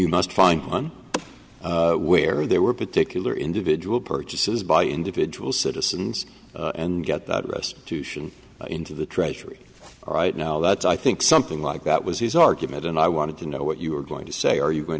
you must find where there were particular individual purchases by individual citizens and get that restitution into the treasury right now but i think something like that was his argument and i wanted to know what you were going to say are you going